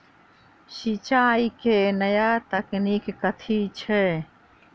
सिंचाई केँ नया तकनीक कथी छै?